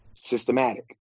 systematic